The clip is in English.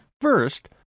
First